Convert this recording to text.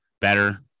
better